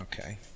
Okay